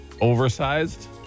oversized